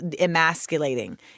emasculating